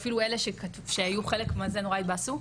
אפילו אלה שהיו חלק מזה נורא התבאסו.